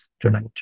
tonight